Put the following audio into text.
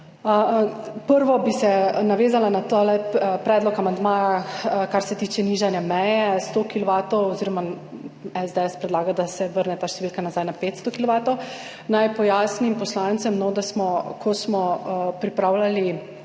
bi se navezala na ta predlog amandmaja, kar se tiče nižanja meje 100 kilovatov oziroma SDS predlaga, da se vrne ta številka nazaj na 500 kilovatov. Naj pojasnim poslancem, da smo, ko smo pripravljali